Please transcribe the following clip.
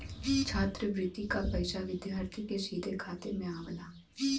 छात्रवृति क पइसा विद्यार्थी के सीधे खाते में आवला